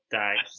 die